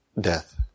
death